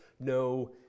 no